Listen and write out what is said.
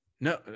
no